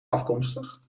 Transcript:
afkomstig